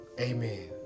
Amen